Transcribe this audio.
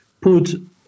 put